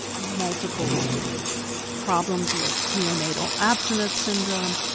multiple problems with neonatal abstinence syndrome.